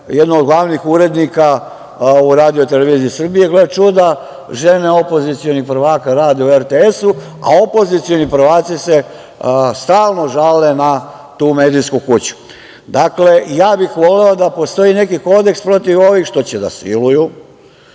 jedne od glavnih urednika u RTS-u. Gle čuda, žene opozicionih prvaka rade u RTS-u, a opozicioni prvaci se stalno žale na tu medijsku kuću. Dakle, ja bih voleo da postoji neki kodeks protiv ovih što će da siluju.